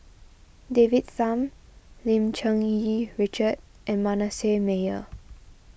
David's Tham Lim Cherng Yih Richard and Manasseh Meyer